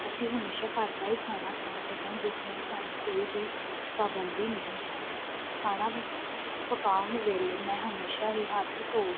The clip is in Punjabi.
ਅਸੀਂ ਹਮੇਸ਼ਾ ਘਰ ਦਾ ਹੀ ਖਾਣਾ ਖਾਂਦੇ ਹਾਂ ਜਿਸ ਨਾਲ ਸਾਨੂੰ ਕੋਈ ਵੀ ਪਾਬੰਦੀ ਨਹੀਂ ਹੈ ਖਾਣਾ ਪਕਾਉਣ ਵੇਲੇ ਮੈਂ ਹਮੇਸ਼ਾ ਹੀ ਹੱਥ ਧੋ